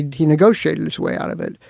he negotiated his way out of it.